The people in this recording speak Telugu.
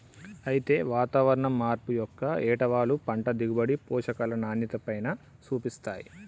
అయితే వాతావరణం మార్పు యొక్క ఏటవాలు పంట దిగుబడి, పోషకాల నాణ్యతపైన సూపిస్తాయి